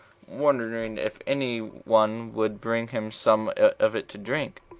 wondering if any one would bring him some of it to drink